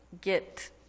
get